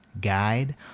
guide